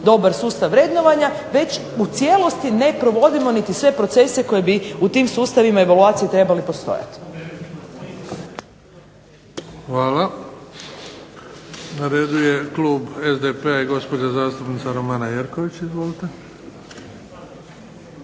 dobar sustav vrednovanja već u cijelosti ne provodimo niti sve procese koji bi u tim sustavima evaluacije trebali postojati.